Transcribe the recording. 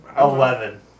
Eleven